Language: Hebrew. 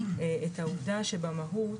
את העובדה שבמהות